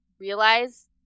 realize